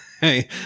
Hey